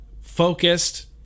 focused